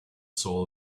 soul